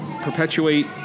perpetuate